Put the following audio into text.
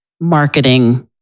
marketing